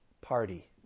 party